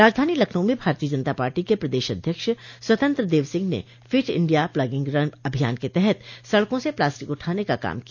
राजधानी लखनऊ में भारतीय जनता पार्टी के प्रदेश अध्यक्ष स्वतंत्र देव सिंह ने फिट इंडिया प्लागिंग रन अभियान के तहत सड़कों से प्लास्टिक उठाने का काम किया